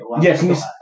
Yes